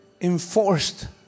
enforced